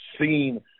seen